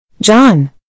John